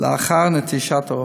לאחר נטישת הרופאים.